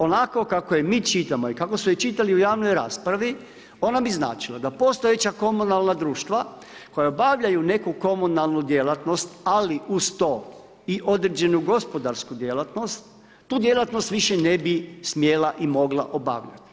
Onako kako je mi čitamo i kako su je čitali u javnoj raspravi ona bi značila, da postojeća komunalna društva koja obavljaju neku komunalnu djelatnost, ali uz to i određenu gospodarsku djelatnost, tu djelatnost više ne bi smjela i mogla obavljati.